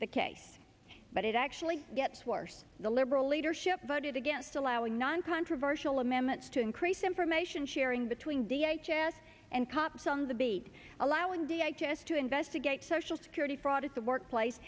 the case but it actually gets worse the liberal leadership voted against allowing non controversial amendments to increase information sharing between the h s and cops on the beat allowing the h s to investigate social security fraud at the workplace